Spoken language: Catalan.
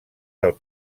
del